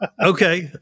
Okay